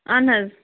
اہن حظ